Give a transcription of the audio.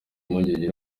impungenge